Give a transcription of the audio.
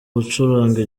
gucuranga